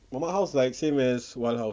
mamat house like same as wal house ah